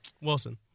Wilson